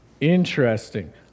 Interesting